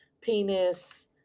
penis